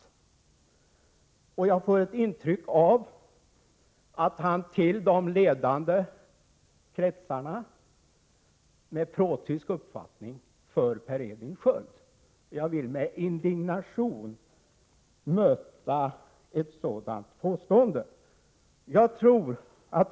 Jag får ett intryck av att han till de ledande kretsarna med protysk uppfattning för Per Edvin Sköld, och jag vill med indignation bemöta ett sådant påstående.